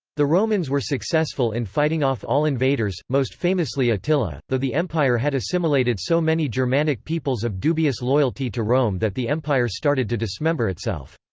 the romans were successful in fighting off all invaders, most famously attila, though the empire had assimilated so many germanic peoples of dubious loyalty to rome that the empire started to dismember itself.